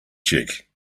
check